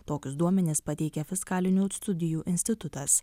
tokius duomenis pateikia fiskalinių studijų institutas